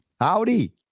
howdy